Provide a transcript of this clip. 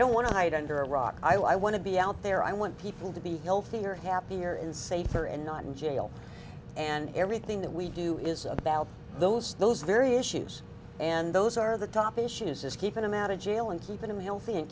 don't want to hide under a rock i want to be out there i want people to be healthier happier and safer and not in jail and everything that we do is about those those very issues and those are the top issues is keeping him out of jail and keep him healthy and